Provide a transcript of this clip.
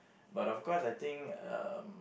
but of course I think um